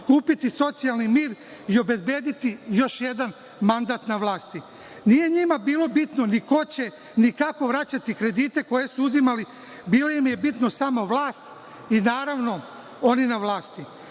kupiti socijalni mir i obezbediti još jedan mandat na vlasti? Nije njima bilo bitno ni ko će ni kako će vraćati kredite koje su uzimali. Bila im je bitna samo vlast i naravno, oni na vlasti.